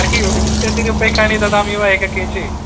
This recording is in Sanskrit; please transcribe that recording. तर्हि विंशतिरूप्यकाणि ददामि वा एक के जि